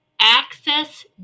access